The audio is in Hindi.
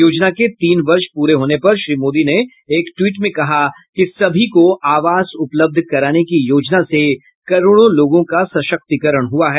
योजना के तीन वर्ष पूरे होने पर श्री मोदी ने एक ट्वीट में कहा कि सभी को आवास उपलब्ध कराने की योजना से करोड़ों लोगों का सशक्तिकरण हुआ है